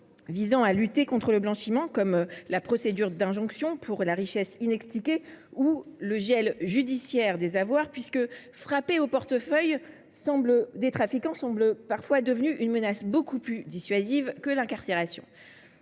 visant à lutter contre le blanchiment, comme la procédure d’injonction pour richesse inexpliquée ou le gel judiciaire des avoirs. En effet, « frapper au portefeuille » les trafiquants semble devenu parfois beaucoup plus dissuasif que la menace